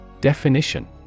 Definition